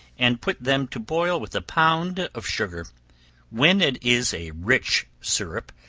and put them to boil with a pound of sugar when it is a rich syrup,